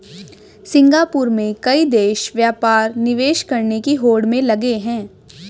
Singapore में कई देश व्यापार निवेश करने की होड़ में लगे हैं